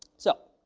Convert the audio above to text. so,